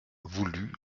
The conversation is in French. voulût